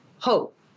hope